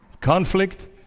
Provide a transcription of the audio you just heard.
conflict